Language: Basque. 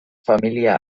familia